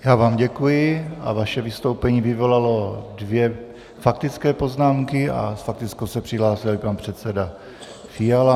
Já vám děkuji a vaše vystoupení vyvolalo dvě faktické poznámky a s faktickou se přihlásil i pan předseda Fiala.